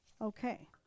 okay